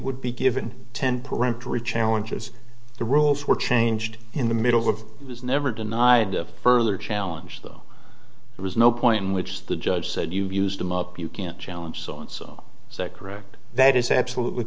would be given ten peremptory challenges the rules were changed in the middle of his never denied further challenge though there was no point in which the judge said you've used them up you can't challenge so and so is that correct that is absolutely